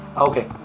Okay